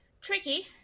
Tricky